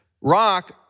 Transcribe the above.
Rock